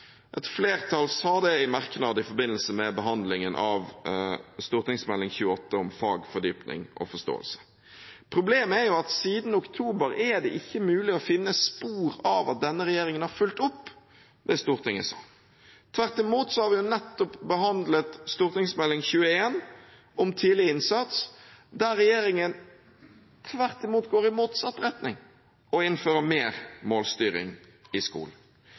Et flertall sa det i en merknad i forbindelse med behandlingen av Meld. St. 28 for 2015–2016, Fag – Fordypning – Forståelse – En fornyelse av Kunnskapsløftet. Problemet er at siden oktober er det ikke mulig å finne spor av at denne regjeringen har fulgt opp det Stortinget sa. Tvert imot har vi nettopp behandlet Meld. St. 21, om tidlig innsats, der regjeringen går i motsatt retning og innfører mer målstyring i skolen.